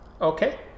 Okay